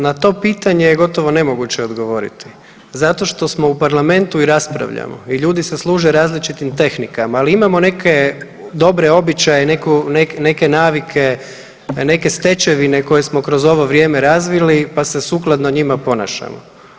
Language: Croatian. Na to pitanje je gotovo nemoguće odgovoriti zato što smo u parlamentu i raspravljamo i ljudi se služe različitim tehnikama, ali imamo neke dobre običaje, neku, neke navike, neke stečevine koje smo kroz ovo vrijeme razvili pa se sukladno njima ponašamo.